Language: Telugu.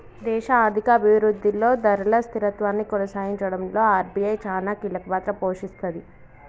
దేశ ఆర్థిక అభిరుద్ధిలో ధరల స్థిరత్వాన్ని కొనసాగించడంలో ఆర్.బి.ఐ చానా కీలకపాత్ర పోషిస్తది